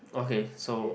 okay so